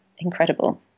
incredible